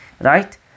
Right